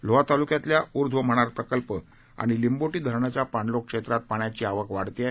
लोहा तालुक्यातल्या उध्व मणार प्रकल्प आणि लिंबोटी धरणाच्या पाणलोट क्षेत्रात पाण्याची आवक वाढत आहे